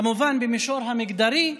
כמובן שבמישור המגדרי,